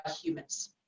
humans